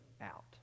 out